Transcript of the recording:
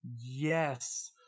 Yes